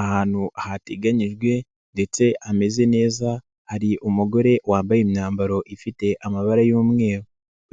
Ahantu hateganyijwe ndetse hameze neza hari umugore wambaye imyambaro ifite amabara y'umweru,